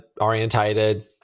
orientated